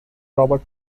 robert